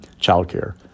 childcare